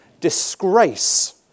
disgrace